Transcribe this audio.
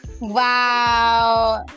wow